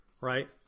right